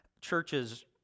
churches